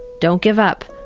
don't give up,